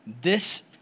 This